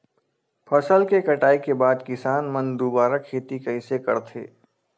फसल के कटाई के बाद किसान मन दुबारा खेती कइसे करथे?